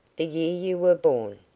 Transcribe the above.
the year you were born.